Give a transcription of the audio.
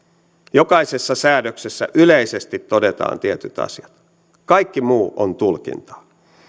jokaisessa säädöksessä yleisesti todetaan tietyt asiat kaikki muu on tulkintaa